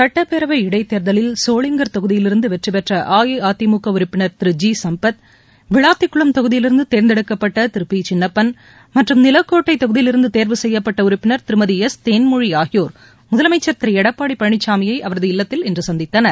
சட்டப்பேரவை இடைத்தேர்தலில் சோளிங்கர் தொகுதியிலிருந்து வெற்றி பெற்ற அஇஅதிமுக உறுப்பினர் திரு ஜி சம்பத் விளாத்திக்குளம் தொகுதியிலிருந்து தேர்ந்தெடுக்கப்பட்ட திரு பி சின்னப்பள் நிலக்கோட்டை தொகுதியிலிருந்து தேர்வு செய்யப்பட்ட உறுப்பினர் திருமதி எஸ் தேன்மொழி மற்றும் ஆகியோர் முதலமைச்சர் திரு எடப்பாடி பழனிசாமியை அவரது இல்லத்தில் இன்று சந்தித்தனர்